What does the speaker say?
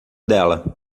dela